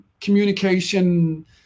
communication